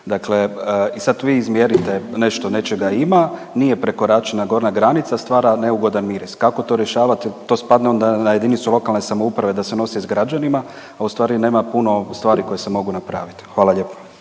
Dakle, sad vi izmjerite nešto nečega ima, nije prekoračena gornja granica, stvara neugodan miris, kako to rješavati, to spadne onda na jedinicu lokalne samouprave da se nosi s građanima, a ustvari nema puno stvari koje se mogu napravit. Hvala lijepo.